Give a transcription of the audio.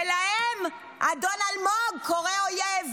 ולהם אדון אלמוג קורא אויב.